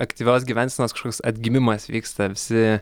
aktyvios gyvensenos kažkoks atgiminas vyksta visi